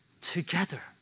together